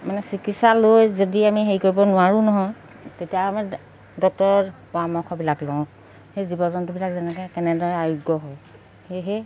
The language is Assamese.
মানে চিকিৎসা লৈ যদি আমি হেৰি কৰিব নোৱাৰোঁ নহয় তেতিয়া আমাৰ ডক্তৰৰ পৰামৰ্শবিলাক লওঁ সেই জীৱ জন্তুবিলাক যেনেকৈ কেনেদৰে আৰোগ্য হ'ল সেয়েহে